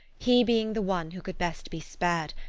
he being the one who could best be spared,